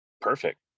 perfect